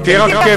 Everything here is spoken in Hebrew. כבר תהיה רכבת.